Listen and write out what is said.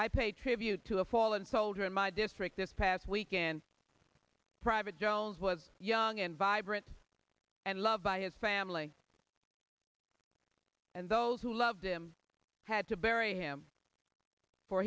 i paid tribute to a fallen soldier in my district this past weekend private jones was young and vibrant and loved by his family and those who loved him had to bury him